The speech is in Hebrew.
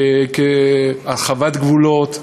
הרחבת גבולות,